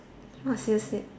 !wah! seriously